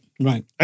Right